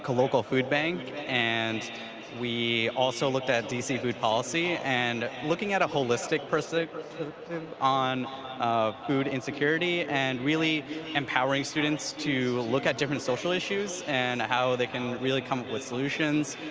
ah local food bank and we also looked at dc food policy and looking at a holistic perspective on um food insecurity, and really empowering students to look at different social issues and how they can really come up with solutions,